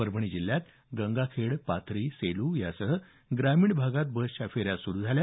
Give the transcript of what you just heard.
परभणी जिल्ह्यात गंगाखेड पाथरी सेलू यासह ग्रामीण भागात बसच्या फेऱ्या सुरु झाल्या